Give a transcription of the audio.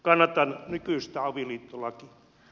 kannatan nykyistä avioliittolakia